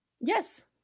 Yes